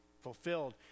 fulfilled